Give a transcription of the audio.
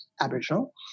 Aboriginal